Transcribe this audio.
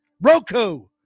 Roku